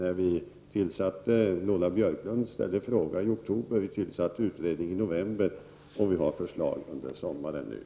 Lola Björkquist ställde sin fråga i oktober, och vi tillsatte utredningen i november. Senare under sommaren skall förslag komma.